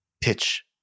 pitch